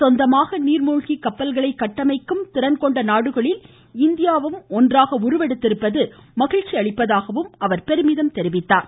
சொந்தமாக நீர்மூழ்கி கப்பல்களை கட்டமைக்கும் திறன் கொண்ட நாடுகளில் இந்தியாவும் ஒன்றாக உருவெடுத்திருப்பது மிகவும் மகிழ்ச்சியளிப்பதாக குறிப்பிட்டார்